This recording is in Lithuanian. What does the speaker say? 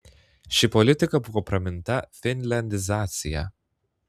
ši politika buvo praminta finliandizacija